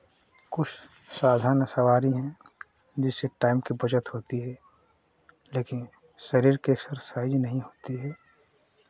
कुछ साधन सवारी हैं जिससे टाइम की बचत होती है लेकिन शरीर के एक्सरसाइज़ नहीं होती है